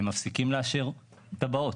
הם מפסיקים לאשר תב"עות.